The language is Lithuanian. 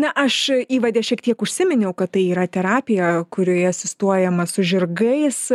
na aš įvade šiek tiek užsiminiau kad tai yra terapija kurioje asistuojama su žirgais